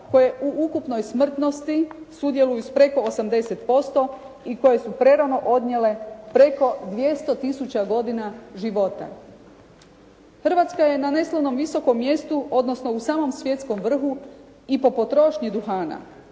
te u ukupnoj smrtnosti sudjeluju s preko 80% i koje su prerano odnijele preko 200 tisuća godina života. Hrvatska je na neslavnom visokom mjestu odnosno u samom svjetskom vrhu i po potrošnji duhana.